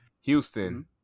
Houston